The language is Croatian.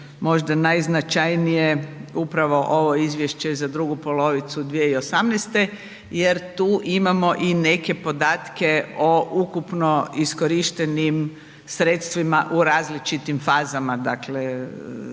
možda najznačajnije upravo ovo izvješće za drugu polovicu 2018. jer tu imamo i neke podatke o ukupno iskorištenim sredstvima u različitim fazama, dakle